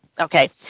okay